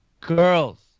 girls